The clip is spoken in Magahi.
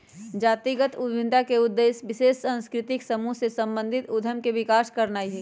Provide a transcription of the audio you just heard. जातिगत उद्यमिता का उद्देश्य विशेष सांस्कृतिक समूह से संबंधित उद्यम के विकास करनाई हई